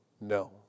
No